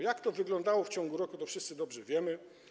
Jak to wyglądało w ciągu roku, to wszyscy dobrze wiemy.